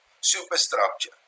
superstructure